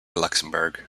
luxembourg